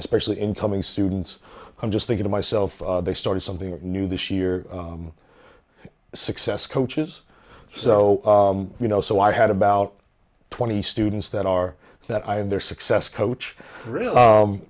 especially incoming students i'm just thinking to myself they started something new this year success coaches so you know so i had about twenty students that are that i am their success coach